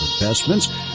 investments